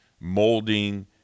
molding